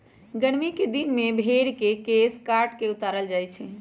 गरमि कें दिन में भेर के केश काट कऽ उतारल जाइ छइ